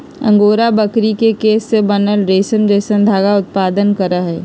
angora बकरी के केश से बनल रेशम जैसन धागा उत्पादन करहइ